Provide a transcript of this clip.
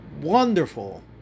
wonderful